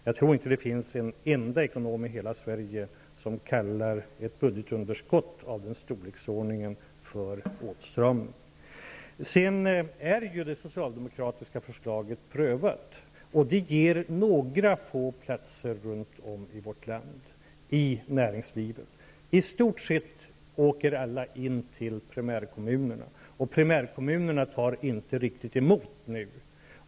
Jag tror inte att det finns en enda ekonom i hela Sverige som kallar ett budgetunderskott av den storleksordningen för åtstramning. Det socialdemokratiska förslaget är ju prövat. Det ger några få platser i näringslivet runt om i vårt land. I stort åker alla in till primärkommunerna, och primärkommunerna tar inte riktigt emot nu.